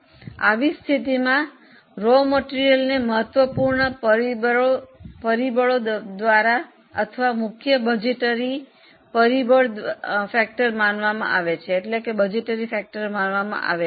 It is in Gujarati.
આવી સ્થિતિમાં કાચા માલને મહત્વપૂર્ણ પરિબળો અથવા મુખ્ય બજેટરી પરિબળ માનવામાં આવે છે